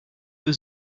für